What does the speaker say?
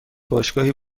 باشگاهی